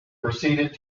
proceeded